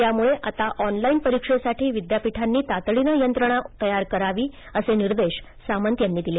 त्यामुळे आता ऑनलाईन परीक्षेसाठी विद्यापीठांनी तातडीने यंत्रणा तयार करावी असे निर्देश सामंत यांनी दिले